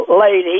lady